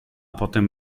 potem